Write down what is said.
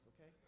okay